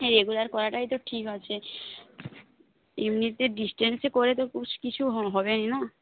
regular করাটাই তো ঠিক আছে এমনিতে ডিসটেন্সে করে তো কিছু কিছু হবেই না